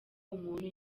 umuntu